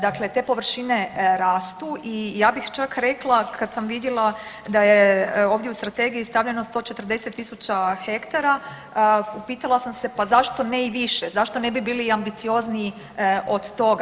Dakle, te površine rastu i ja bih čak rekla kad sam vidjela da je ovdje u strategiji stavljeno 140.000 hektara pitala sam se pa zašto ne i više, zašto ne bi bili i ambiciozniji od toga.